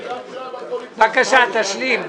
בבקשה, תשלים.